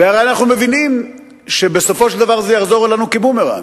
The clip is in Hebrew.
הרי אנחנו מבינים שבסופו של דבר זה יחזור אלינו כבומרנג.